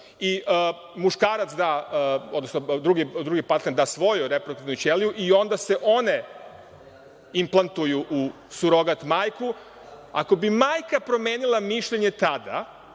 i muškarac da, odnosno drugi partner da svoju reproduktivnu ćeliju i onda se one implantuju u surogat majku, ako bi majka promenila mišljenje tada,